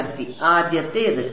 വിദ്യാർത്ഥി ആദ്യത്തേത്